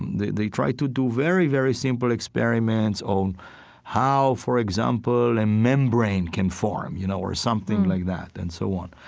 they they try to do very, very simple experiments of um how, for example, a membrane can form you know or something like that, and so on.